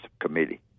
committee